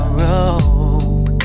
rope